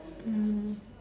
mm